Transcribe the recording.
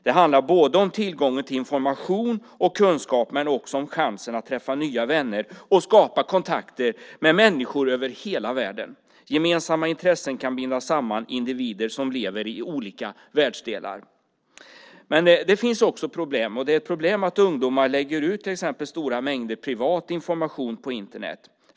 Det handlar både om tillgången till information och kunskap men också om chansen att träffa nya vänner och skapa kontakter med människor över hela världen. Gemensamma intressen kan binda samman individer som lever i olika världsdelar. Men det finns också problem, och det är ett problem att ungdomar lägger ut till exempel stora mängder privat information på Internet.